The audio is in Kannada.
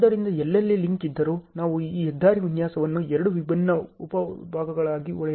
ಆದ್ದರಿಂದ ಎಲ್ಲೆಲ್ಲಿ ಲಿಂಕ್ ಇದ್ದರೂ ನಾವು ಈ ಹೆದ್ದಾರಿ ವಿನ್ಯಾಸವನ್ನು ಎರಡು ವಿಭಿನ್ನ ಉಪ ಭಾಗಗಳಲ್ಲಿ ಒಡೆಯಲಿದ್ದೇವೆ